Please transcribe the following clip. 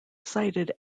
cited